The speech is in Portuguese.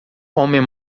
homem